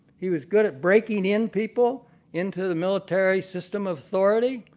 he was good at breaking in people into the military system of authority.